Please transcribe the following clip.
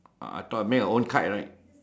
uh I thought make a own kite right